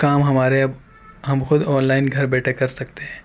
کام ہمارے اب ہم خود آن لائن گھر بیٹھے کر سکتے ہیں